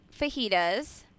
Fajitas